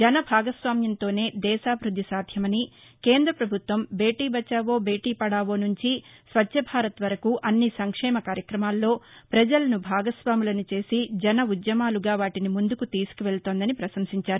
జన భాగస్వామ్యంతోనే దేశ అభివృద్ది సాధ్యమని కేంద్ర పభుత్వం బేటీబచావో బేటీపధావో నుంచి స్వచ్చభారత్వరకు అన్ని సంక్షేమ కార్యక్రమాల్లో ప్రజలను భాగస్వాములను చేసి జన ఉద్యమాలుగా వాటిని ముందుకు తీసుకు వెళుతోందని పశంసించారు